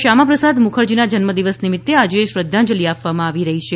શ્યામાપ્રસાદ મુખરજીના જન્મ દિવસ નિમિત્તે આજે શ્રધ્ધાંજલિ આપવામાં આવી રહી છે